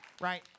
right